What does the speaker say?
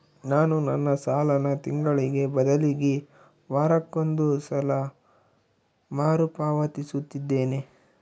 ನಾನು ನನ್ನ ಸಾಲನ ತಿಂಗಳಿಗೆ ಬದಲಿಗೆ ವಾರಕ್ಕೊಂದು ಸಲ ಮರುಪಾವತಿಸುತ್ತಿದ್ದೇನೆ